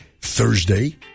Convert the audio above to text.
Thursday